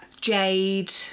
Jade